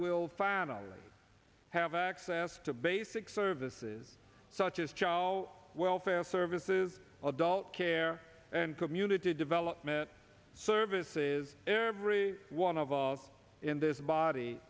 will finally have access to basic services such as child welfare services of dull care and community development services every one of all in this body